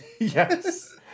yes